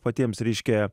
patiems reiškia